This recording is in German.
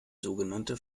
sogenannte